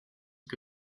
que